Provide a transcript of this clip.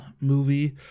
movie